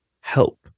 help